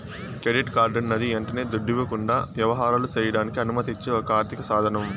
credit కార్డన్నది యంటనే దుడ్డివ్వకుండా యవహారాలు సెయ్యడానికి అనుమతిచ్చే ఒక ఆర్థిక సాదనం